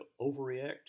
overreact